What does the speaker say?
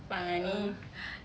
ugh